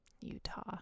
Utah